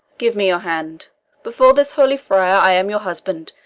give me your hand before this holy friar, i am your husband,